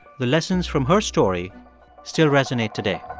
the lessons from her story still resonate today